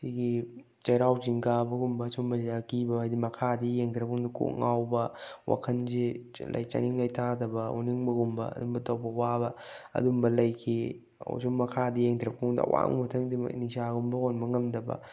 ꯁꯤꯒꯤ ꯆꯩꯔꯥꯎ ꯆꯤꯡ ꯀꯥꯕꯒꯨꯝꯕ ꯁꯨꯝꯕꯁꯦ ꯑꯀꯤꯕ ꯍꯥꯏꯗꯤ ꯃꯈꯥꯗ ꯌꯦꯡꯊꯔꯛꯄ ꯃꯇꯝꯗ ꯀꯣꯛ ꯉꯥꯎꯕ ꯋꯥꯈꯜꯁꯤ ꯆꯅꯤꯡ ꯂꯩꯇꯗꯕ ꯑꯣꯅꯤꯡꯕꯒꯨꯝꯕ ꯑꯗꯨꯒꯨꯝꯕ ꯇꯧꯕ ꯋꯥꯕ ꯑꯗꯨꯝꯕ ꯂꯩꯈꯤ ꯌꯨꯝ ꯃꯈꯥꯗ ꯌꯦꯡꯊꯔꯛꯄ ꯃꯇꯝꯗ ꯑꯋꯥꯡꯕꯗꯒꯤ ꯅꯤꯡꯁꯥꯒꯨꯝꯕ ꯍꯣꯟꯕ ꯉꯝꯗꯕ